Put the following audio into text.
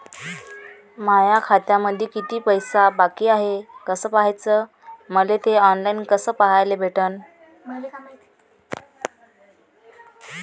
माया खात्यामंधी किती पैसा बाकी हाय कस पाह्याच, मले थे ऑनलाईन कस पाह्याले भेटन?